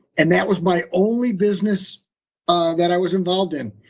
and that was my only business ah that i was involved in,